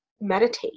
meditate